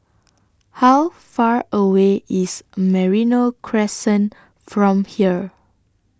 How Far away IS Merino Crescent from here